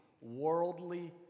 worldly